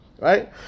Right